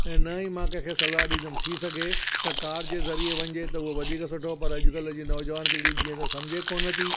ऐं न ही मां कंहिं खे सलाह ॾिंदुमि थी सघे त कार जे ज़रीए वञिजे त उहो वधीक सुठो पर अॼुकल्ह जे नौजवान पीड़ी जीअं त समुझो कोन थी